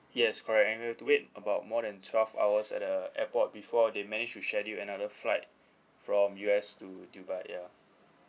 yes correct and we have to wait about more than twelve hours at the airport before they managed to schedule another flight from U_S to dubai ya